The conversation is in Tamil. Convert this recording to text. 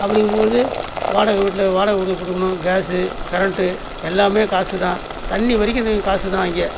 அப்படிங்கும்பொழுது வாடகை வீட்டில் வாடகை கொண்டு போய் கொடுக்கணும் கேஸு கரண்ட்டு எல்லாமே காசு தான் தண்ணி வரைக்கும் இது காசு தான் இங்கே